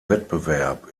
wettbewerb